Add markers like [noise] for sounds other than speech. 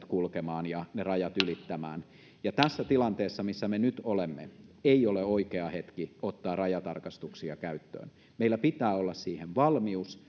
[unintelligible] kulkemaan ja ne rajat ylittämään ja tässä tilanteessa missä me nyt olemme ei ole oikea hetki ottaa rajatarkastuksia käyttöön meillä pitää olla siihen valmius [unintelligible]